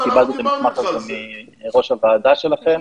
קיבלנו את המסמך הזה מראש הוועדה שלכם.